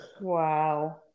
Wow